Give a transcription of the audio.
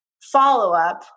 follow-up